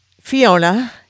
Fiona